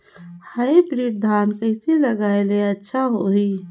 Hybrid धान कइसे लगाय ले अच्छा होही?